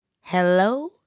Hello